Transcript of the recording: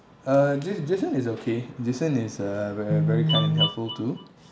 uh ja~ jason is okay jason is uh ve~ very kind and helpful too